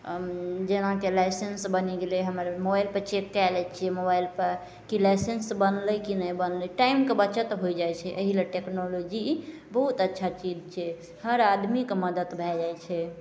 अँ उँ जेनाकि लाइसेन्स बनि गेलै हमर मोबाइलपर चेक कै लै छिए मोबाइलपर कि लाइसेन्स बनलै कि नहि बनलै टाइमके बचत हो जाइ छै एहिले टेक्नोलॉजी बहुत अच्छा चीज छै हर आदमीके मदति भए जाइ छै